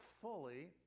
fully